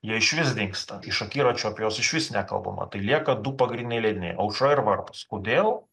jie išvis dingsta iš akiračio apie juos išvis nekalbama tai lieka du pagrindiniai leidiniai aušra ir varpas kodėl